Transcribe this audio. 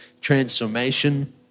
transformation